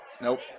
Nope